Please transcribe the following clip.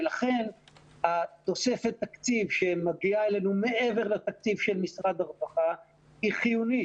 ולכן תוספת התקציב שמגיעה אלינו מעבר לתקציב של משרד הרווחה היא חיונית.